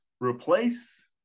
replace